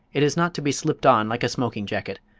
it is not to be slipped on like a smoking jacket.